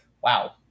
wow